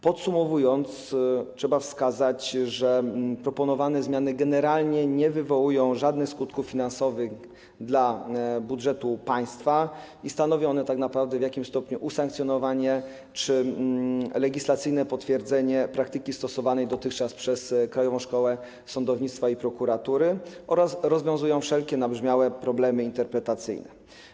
Podsumowując, trzeba wskazać, że proponowane zmiany generalnie nie wywołują żadnych skutków finansowych dla budżetu państwa i stanowią tak naprawdę w jakimś stopniu usankcjonowanie czy legislacyjne potwierdzenie praktyki stosowanej dotychczas przez Krajową Szkołę Sądownictwa i Prokuratury oraz rozwiązują wszelkie nabrzmiałe problemy interpretacyjne.